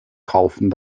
kaufen